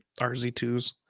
RZ2s